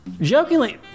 Jokingly